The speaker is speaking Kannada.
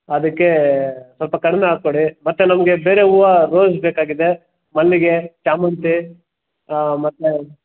ಅದಕ್ಕೇ ಸ್ವಲ್ಪ ಕಡಿಮೆ ಹಾಕ್ಕೊಡಿ ಮತ್ತು ನಮಗೆ ಬೇರೆ ಹೂವ ರೋಜ್ ಬೇಕಾಗಿದೆ ಮಲ್ಲಿಗೆ ಶಾಮಂತೆ ಮತ್ತು